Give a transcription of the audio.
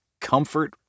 comfort